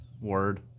Word